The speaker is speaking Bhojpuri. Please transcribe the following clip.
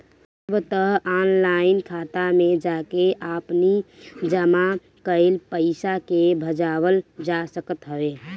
अब तअ ऑनलाइन खाता में जाके आपनी जमा कईल पईसा के भजावल जा सकत हवे